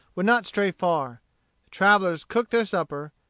would not stray far. the travellers cooked their supper,